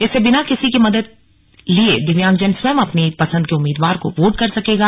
इससे बिना किसी की मदद लिए दिव्यांगजन स्वयं अपनी पसन्द के उम्मीदवार को वोट कर सकेगा